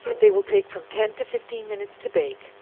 they will take from ten to fifteen minutes to bake,